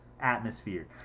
atmosphere